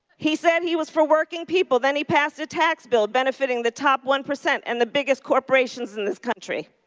he said he was for working people, then he passed a tax bill benefiting the top one percent and the biggest corporations in this country.